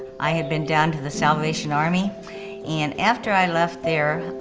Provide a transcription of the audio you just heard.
i had been down to the salvation army and after i left there,